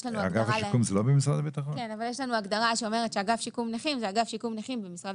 יש לנו הגדרה שאומרת שאגף שיקום נכים הוא אגף שיקום נכים במשרד